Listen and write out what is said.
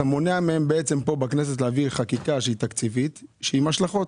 אתה מונע מהם בכנסת להעביר חקיקה שהיא תקציבית שהיא עם השלכות.